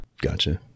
Gotcha